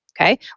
Okay